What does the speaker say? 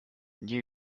new